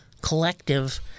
collective